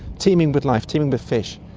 teeming with life, teeming with fish.